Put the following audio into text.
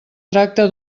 tracta